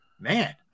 Man